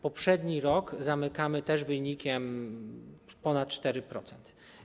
Poprzedni rok zamykamy też wynikiem ponad 4%.